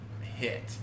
hit